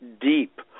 deep